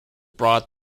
brought